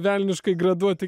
velniškai graduoti